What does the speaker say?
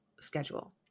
schedule